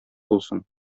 булсын